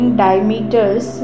diameters